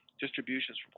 distributions